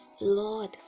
Lord